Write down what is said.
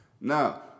Now